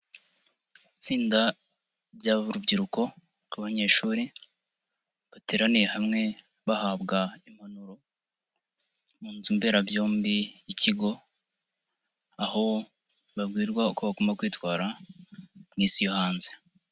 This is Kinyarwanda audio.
Itsinda ryaburubyiruko rw'abanyeshuri, bateraniye hamwe bahabwa impanuro, mu nzu mberabyombi y'ikigo, aho babwirwa uko bagomba kwitwara mu Isi yo hanze.